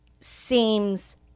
seems